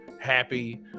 Happy